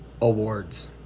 awards